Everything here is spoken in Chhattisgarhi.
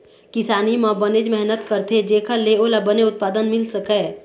किसानी म बनेच मेहनत करथे जेखर ले ओला बने उत्पादन मिल सकय